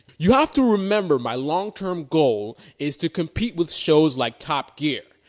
you have to remember my long-term goal is to compete with shows like top gear.